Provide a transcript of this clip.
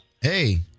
Hey